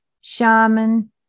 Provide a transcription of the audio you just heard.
shaman